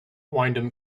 wyndham